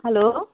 hello